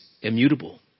immutable